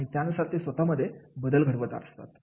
आणि त्यानुसार ते स्वतःमध्ये बदल घडवून आणत असतात